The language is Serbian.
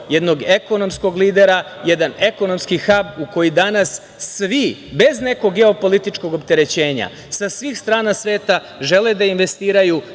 jednog ekonomskog lidera, jedan ekonomski hab u koji danas svi, bez nekog geopolitičkog opterećenja, sa svih strana sveta, žele da investiraju,